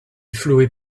flue